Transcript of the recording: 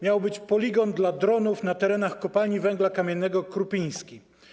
Miał być poligon dla dronów na terenach Kopalni Węgla Kamiennego Krupiński.